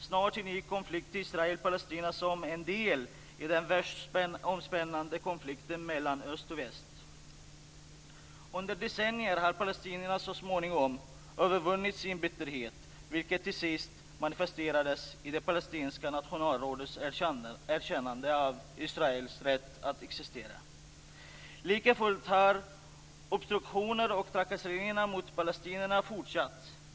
Snart ingick konflikten Israel-Palestina som en del i den världsomspännande konflikten mellan öst och väst. Under decennier har palestinierna så småningom övervunnit sin bitterhet, vilket till sist manifesterades i det palestinska nationalrådets erkännande av Israels rätt att existera. Likafullt har obstruktionerna och trakasserierna mot palestinierna fortsatt.